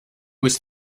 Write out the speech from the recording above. was